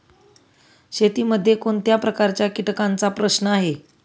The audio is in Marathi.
शेतीमध्ये कोणत्या प्रकारच्या कीटकांचा प्रश्न आहे?